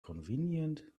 convenient